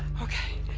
okay.